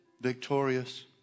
Victorious